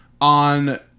on